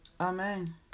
Amen